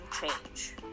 change